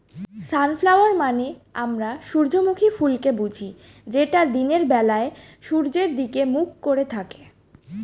sunflower মানে আমরা সূর্যমুখী ফুলকে বুঝি যেটা দিনের বেলায় সূর্যের দিকে মুখ করে থাকে